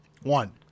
One